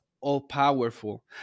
all-powerful